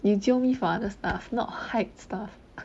你 jio me for other stuff not hype stuff